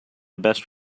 best